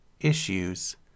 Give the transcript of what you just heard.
issues